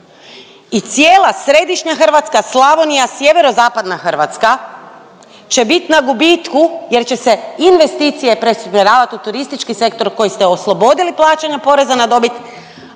I cijela središnja Hrvatska, Slavonija, sjeverozapadna Hrvatska će bit na gubitku jer će se investicije preusmjeravati u turistički sektor koji ste oslobodili plaćanja poreza na dobit,